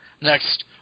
Next